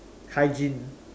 hygiene